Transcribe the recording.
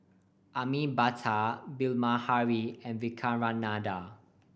Amitabh Bilahari and Vivekananda